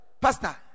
Pastor